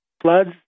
floods